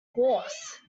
horse